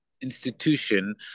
institution